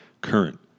current